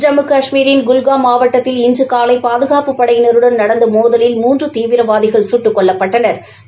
ஜம்மு கஷ்மீரின் குல்ஹாம் மாவட்டத்தில் இன்று காலை பாதுகாப்புப் படையினருடன் நடந்த மோதலில் மூன்று தீவிரவாதிகள் சுட்டுக் கொல்லப்பட்டனா்